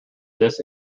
dis